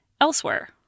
elsewhere